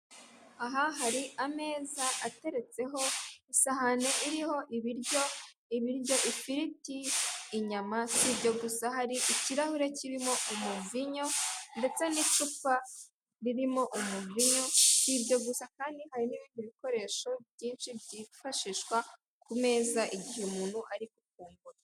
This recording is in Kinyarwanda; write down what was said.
Aha hari ameza ateretseho isahane iriho ibiryo, ifiriti, inyama, si ibyo gusa hari ikirahure kirimo umuvinyo ndetse n'icupa ririmo umuvinyo, si ibyo gusa kandi hari n'ibindi bikoresho byinshi byifashishwa ku meza, igihe umuntu ari gufungura.